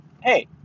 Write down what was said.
hey